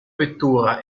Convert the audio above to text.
vettura